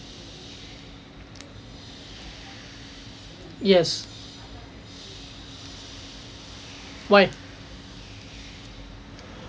yes why